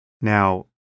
Now